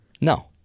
No